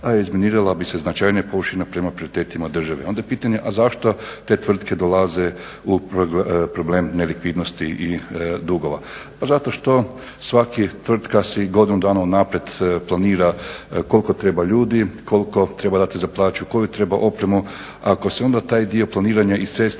a razminirala bi se značajnija površina prema prioritetima države. Onda je pitanje a zašto te tvrtke dolaze u problem nelikvidnosti i dugova? Pa zato što svaka tvrtka si godinu dana unaprijed planira koliko treba ljudi, koliko treba dati za plaću, koju treba opremu. Ako se onda taj dio planiranja i sredstva